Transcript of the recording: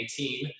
2018